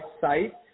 site